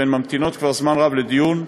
והן ממתינות כבר זמן רב לדיון.